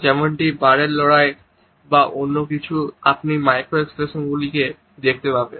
যেমন একটি বারের লড়াই বা অন্য কিছু আপনি এই মাইক্রো এক্সপ্রেশনটি দেখতে পাবেন